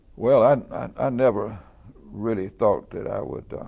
well, and i never really thought that i would